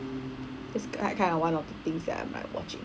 that's kind kind of one of the things that I'm like watching